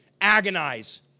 agonize